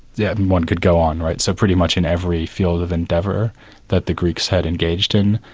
yeah and one could go on, right, so pretty much in every field of endeavour that the greeks had engaged in,